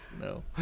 no